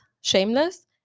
shameless